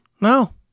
No